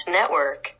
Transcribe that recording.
Network